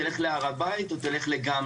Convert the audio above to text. תלך להר הבית או לגמלא.